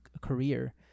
career